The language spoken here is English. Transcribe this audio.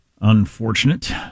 Unfortunate